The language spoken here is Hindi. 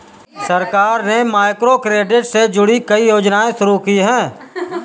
सरकार ने माइक्रोक्रेडिट से जुड़ी कई योजनाएं शुरू की